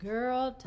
Girl